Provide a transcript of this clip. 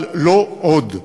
אבל לא עוד.